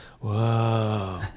Whoa